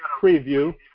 preview